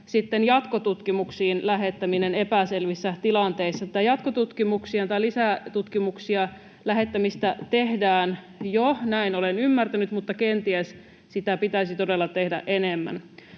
jatkotutkimuksiin lähettäminen epäselvissä tilanteissa. Tätä jatkotutkimuksiin tai lisätutkimuksiin lähettämistä tehdään jo, näin olen ymmärtänyt, mutta kenties sitä pitäisi todella tehdä enemmän.